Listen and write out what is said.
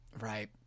Right